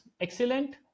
excellent